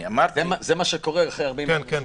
זה מה שקורה אחרי 45 יום.